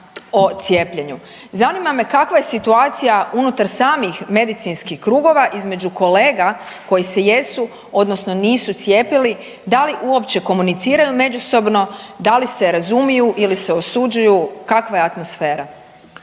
o cijepljenju. Zanima me kakva je situacija unutar samih medicinskih krugova između kolega koji se jesu odnosno nisu cijepili, da li uopće komuniciraju međusobno? Da li se razumiju ili se osuđuju? Kakva je atmosfera?